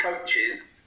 coaches